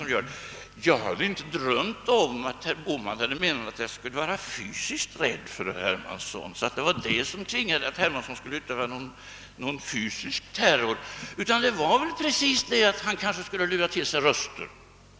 Jag hade inte drömt om att herr Bohman menade att jag skulle vara fysiskt rädd för herr Hermansson, att han skulle utöva någon fysisk terror, utan fattade det just så, att han skulle kunna lura till sig röster.